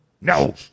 No